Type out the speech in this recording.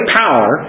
power